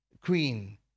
queen